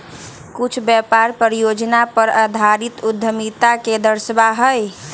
कुछ व्यापार परियोजना पर आधारित उद्यमिता के दर्शावा हई